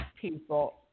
people